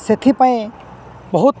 ସେଥିପାଇଁ ବହୁତ